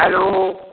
hello